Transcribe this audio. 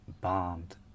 bombed